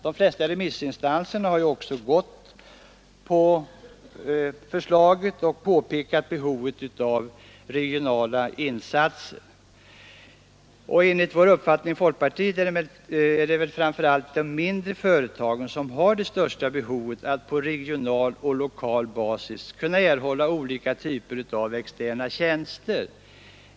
De flesta remissinstanserna har också gått på förslaget och pekat på behovet av regionala insatser. Enligt vår uppfattning i folkpartiet är det de mindre företagen som har det största behovet av att på regional och lokal basis erhålla olika typer av externa tjänster.